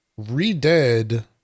redid